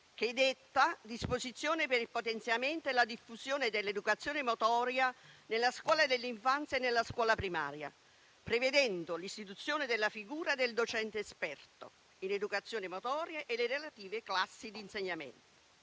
che detta disposizioni per il potenziamento e la diffusione dell'educazione motoria nella scuola dell'infanzia e nella scuola primaria, prevedendo l'istituzione della figura del docente esperto in educazione motoria e le relative classi di insegnamento.